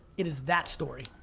it is that story.